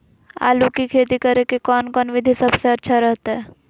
आलू की खेती करें के कौन कौन विधि सबसे अच्छा रहतय?